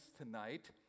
tonight